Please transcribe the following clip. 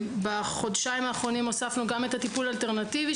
בחודשיים האחרונים הוספנו גם את הטיפול האלטרנטיבי.